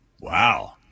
Wow